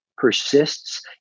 persists